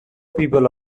people